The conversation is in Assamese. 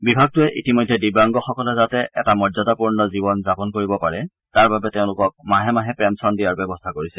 বিভাগটোৱে ইতিমধ্যে দিব্যাংগসকলে যাতে এটা মৰ্যাদাপূৰ্ণ জীৱন যাপন কৰিব পাৰে তাৰবাবে তেওঁলোকক মাহে মাহে পেঞ্চন দিয়াৰ ব্যৱস্থা কৰিছে